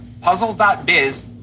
puzzle.biz